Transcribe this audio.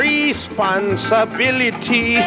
Responsibility